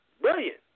Brilliant